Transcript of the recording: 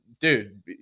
dude